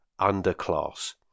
underclass